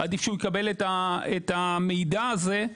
עדיך שהוא יקבל את המידע הזה.